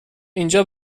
اینجا